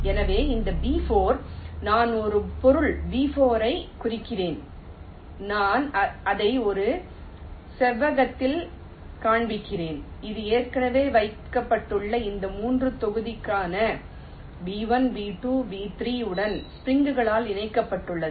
எனவே இந்த B4 நான் ஒரு பொருள் B4 ஐக் குறிக்கிறேன் நான் அதை ஒரு செவ்வகத்தில் காண்பிக்கிறேன் இது ஏற்கனவே வைக்கப்பட்டுள்ள இந்த மூன்று தொகுதிகளான B1 B2 B3 உடன் ஸ்ப்ரிங் களால் இணைக்கப்பட்டுள்ளது